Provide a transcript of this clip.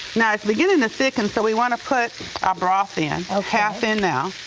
now it's beginning to thicken, so we wanna put our broth in, half in now,